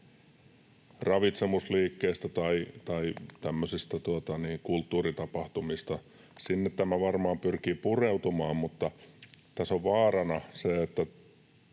ravitsemusliikkeistä tai kulttuuritapahtumista — sinne tämä varmaan pyrkii pureutumaan — mutta tässä on vaarana se, että